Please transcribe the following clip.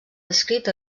descrit